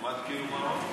שמעת כאילו מה אמרת?